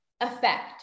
effect